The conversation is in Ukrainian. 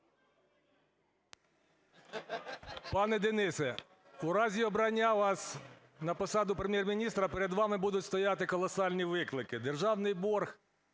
Дякую.